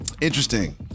Interesting